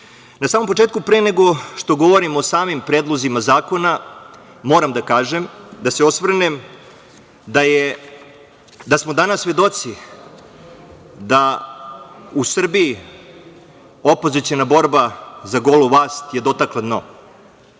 samom početku, pre nego što govorim o samim predlozima zakona, moram da se osvrnem na to da smo danas svedoci da je u Srbiji opoziciona borba za golu vlast dotakla dno.